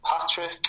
Patrick